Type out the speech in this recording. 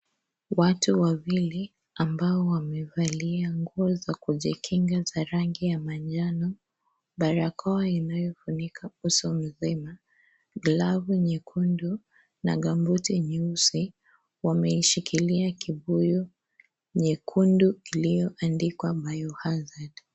Watu wawili, ambao wamevalia nguo za kujikinga za rangi ya manjano, barakoa inayofunika uso mzima, glavu nyekundu, na gumbooti nyeusi, wameishikilia kibuyu nyekundu iliyoandikwa biohazard .